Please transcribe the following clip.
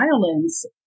violence